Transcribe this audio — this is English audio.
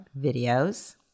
videos